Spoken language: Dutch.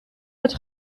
het